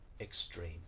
extreme